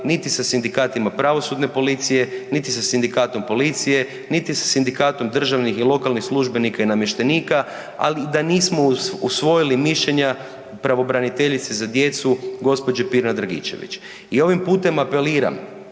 niti sa Sindikatima pravosudne policije, niti sa Sindikatom policije, niti sa Sindikatom državnih i lokalnih službenika i namještenika ali i da nismo usvojili mišljenja pravobraniteljice za djecu gospođe Pirnat Dragičević. I ovim putem apeliram